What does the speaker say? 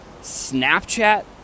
Snapchat